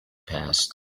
past